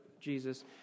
Jesus